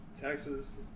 Texas